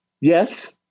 Yes